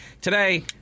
Today-